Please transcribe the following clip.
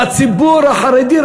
בציבור החרדי,